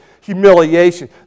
humiliation